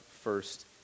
first